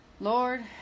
Lord